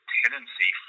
tendency